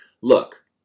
look